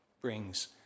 brings